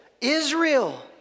Israel